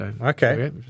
okay